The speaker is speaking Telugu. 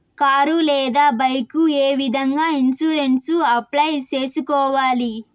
కారు లేదా బైకు ఏ విధంగా ఇన్సూరెన్సు అప్లై సేసుకోవాలి